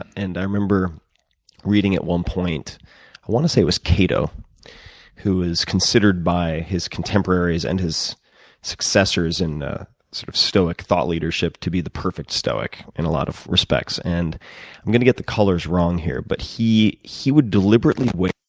and i remember reading, at one point i want to say it was cato who was considered by his contemporaries and his successors in sort of stoic thought leadership to be the perfect stoic in a lot of respects and i'm going to get the colors wrong here, but he he would deliberately wear,